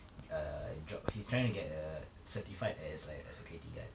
err a job he's trying to get a certified as like a security guard